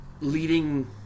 leading